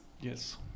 Yes